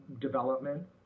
development